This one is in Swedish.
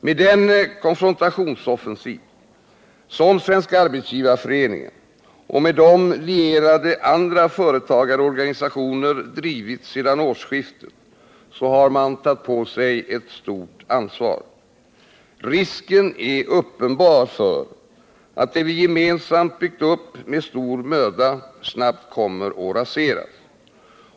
Med den konfrontationsoffensiv som Svenska arbetsgivareföreningen och med den lierade andra företagarorganisationer drivit sedan årsskiftet har man tagit på sig ett stort ansvar. Risken är uppenbar för att det vi gemensamt byggt upp med stor möda snabbt kommer att raseras.